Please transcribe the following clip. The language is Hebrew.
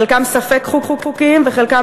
חלקם